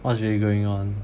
what's really going on